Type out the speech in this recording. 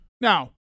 Now